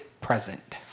present